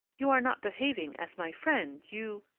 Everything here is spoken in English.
you are not behaving as my friend. you.